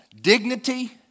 dignity